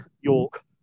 York